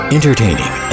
Entertaining